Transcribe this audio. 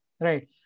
Right